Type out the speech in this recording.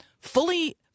fully